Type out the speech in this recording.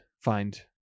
find